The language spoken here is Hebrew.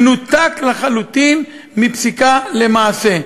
מנותק לחלוטין מפסיקה למעשה.